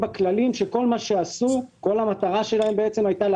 ברור שכששני אנשים יורשים נכס מאביהם זה לא